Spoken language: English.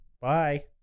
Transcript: Bye